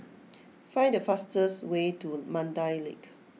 find the fastest way to Mandai Lake